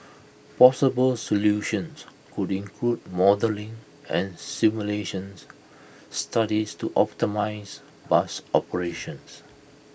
possible solutions could include modelling and simulations studies to optimise bus operations